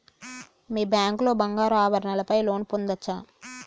మీ bank లో బంగారు ఆభరణాల పై లోన్ పొందచ్చా?